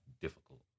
difficult